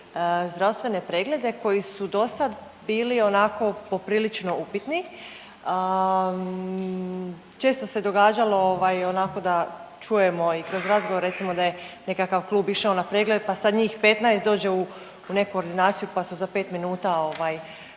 zdravstvene preglede koji su do sad bili onako poprilično upitni. Često se događalo onako da čujemo i kroz razgovor recimo da je nekakav klub išao na pregled pa sad njih 15 dođe u neku ordinaciju pa su za pet minuta